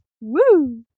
Woo